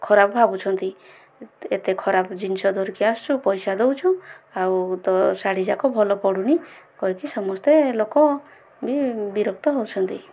ଖରାପ ଭାବୁଛନ୍ତି ଏତେ ଖରାପ ଜିନିଷ ଧରିକି ଆସୁଛୁ ପଇସା ଦେଉଛୁ ଆଉ ତୋ ଶାଢ଼ୀଯାକ ଭଲ ପଡ଼ୁନି କହିକି ସମସ୍ତେ ଲୋକ ବି ବିରକ୍ତ ହେଉଛନ୍ତି